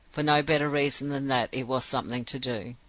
for no better reason than that it was something to do.